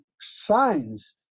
signs